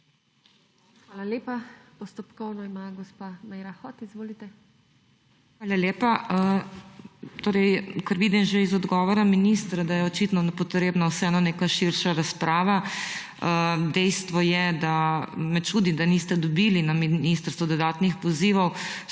Hvala lepa. Postopkovno ima gospa Meira Hot. Izvolite. MAG. MEIRA HOT (PS SD): Hvala lepa. Ker vidim že iz odgovora ministra, da je očitno potrebna vseeno neka širša razprava. Dejstvo je, da me čudi, da niste dobili na ministrstvu dodanih pozivov.